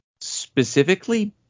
specifically